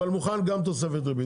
אבל מוכן גם תוספת ריבית.